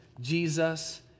Jesus